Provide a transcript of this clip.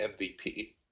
MVP